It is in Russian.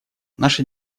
наша